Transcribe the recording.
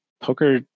poker